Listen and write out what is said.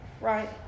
Right